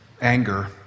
anger